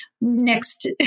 next